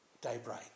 daybreak